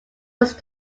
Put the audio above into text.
was